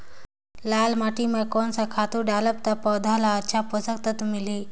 लाल माटी मां कोन सा खातु डालब ता पौध ला अच्छा पोषक तत्व मिलही?